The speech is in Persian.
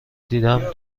دیدم